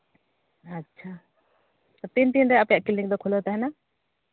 ᱟᱪᱪᱷᱟ ᱛᱤᱱ ᱛᱤᱱ ᱨᱮ ᱟᱯᱮᱭᱟᱜ ᱠᱞᱤᱱᱤᱠ ᱫᱚ ᱠᱷᱩᱞᱟᱹᱣ ᱛᱟᱦᱮᱱᱟ